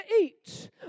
eat